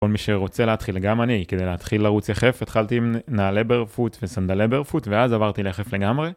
כל מי שרוצה להתחיל, גם אני כדי להתחיל לרוץ יחף התחלתי עם נעלי ברפוט וסנדלי ברפוט ואז עברתי ליחף לגמרי